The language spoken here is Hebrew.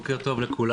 בוקר טוב לכולם.